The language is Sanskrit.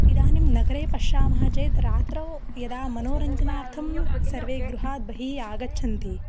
इदानीं नगरे पश्यामः चेत् रात्रौ यदा मनोरञ्जनार्थं सर्वे गृहात् बहिः आगच्छन्ति